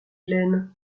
ellen